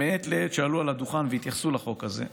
שעלו על הדוכן מעת לעת והתייחסו לחוק הזה.